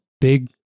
big